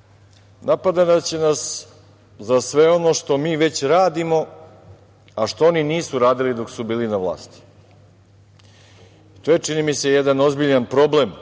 puteva. Napadaće nas za sve ono što mi već radimo, a što oni nisu radili dok su bili na vlasti. To je čini mi se jedan ozbiljan problem